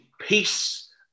peace